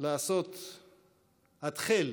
לעשות "התחל"